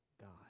God